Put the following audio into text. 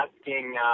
asking